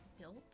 built